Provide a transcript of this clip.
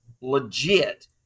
legit